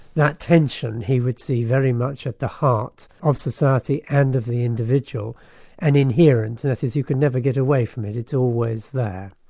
that tension, he would see very much at the heart of society and of the individual and inherent, and that is, you could never get away from it, it's always there.